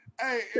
Hey